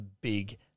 big